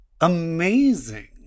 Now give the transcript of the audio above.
amazing